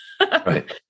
Right